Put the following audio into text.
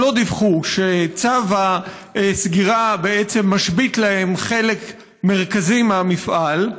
הם לא דיווחו שצו הסגירה בעצם משבית להם חלק מרכזי מהמפעל.